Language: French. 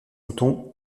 mouton